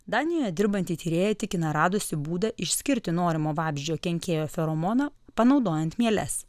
danijoje dirbanti tyrėja tikina radusi būdą išskirti norimo vabzdžio kenkėjo feromoną panaudojant mieles